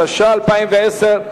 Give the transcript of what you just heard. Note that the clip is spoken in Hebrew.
התש"ע 2010,